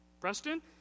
Preston